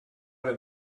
than